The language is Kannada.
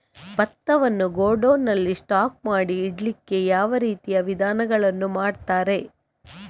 ಭತ್ತವನ್ನು ಗೋಡೌನ್ ನಲ್ಲಿ ಸ್ಟಾಕ್ ಮಾಡಿ ಇಡ್ಲಿಕ್ಕೆ ಯಾವ ರೀತಿಯ ವಿಧಾನಗಳನ್ನು ಮಾಡ್ತಾರೆ?